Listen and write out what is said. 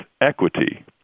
equity